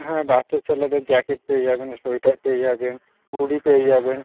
হ্যাঁ বাচ্চা ছেলেদের জ্যাকেট পেয়ে যাবেন সোয়েটার পেয়ে যাবেন হুডি পেয়ে যাবেন